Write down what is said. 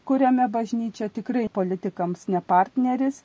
kuriame bažnyčia tikrai politikams ne partneris